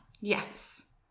yes